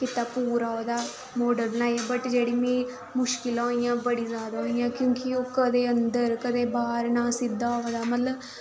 कीता पूरा ओह्दा माडल बनाई बट जेह्ड़ी मिं मुशकलां होइया बड़ी जादा होइयां क्योंकी ओह् कदें अंदर कदें बाह्र नां सिद्धा होआदा मतलब